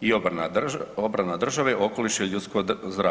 i obrana države, okoliša i ljudsko zdravlje.